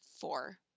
four